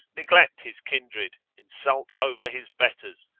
neglect his kindred, insult over his betters,